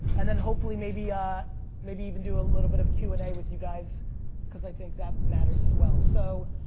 and then, hopefully, maybe ah maybe even do a little bit of q and a with you guys because i think that matters, as well, so